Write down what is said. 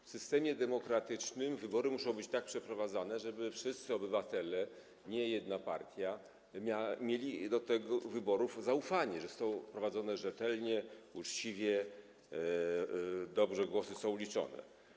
W systemie demokratycznym wybory muszą być tak przeprowadzane, żeby wszyscy obywatele, nie jedna partia, mieli do tych wyborów zaufanie, że są przeprowadzane rzetelnie, uczciwie, dobrze głosy są liczone.